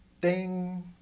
ding